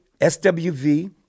SWV